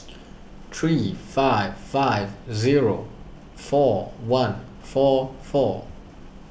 three five five zero four one four four